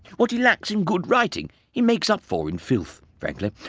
what he lacks in good writing, he makes up for in, filth, frankly.